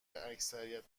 اکثریت